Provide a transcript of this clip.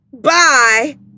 Bye